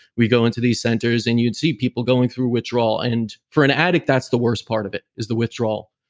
we'd go into these centers and you'd see people going through withdrawal and for an addict, that's the worst part of it, is the withdrawal,